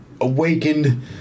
awakened